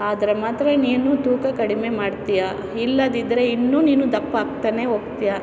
ಆದರೆ ಮಾತ್ರ ನೀನು ತೂಕ ಕಡಿಮೆ ಮಾಡ್ತೀಯಾ ಇಲ್ಲದಿದ್ದರೆ ಇನ್ನೂ ನೀನು ದಪ್ಪ ಆಗ್ತಾನೆ ಹೋಗ್ತೀಯ